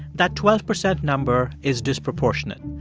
that twelve percent number is disproportionate.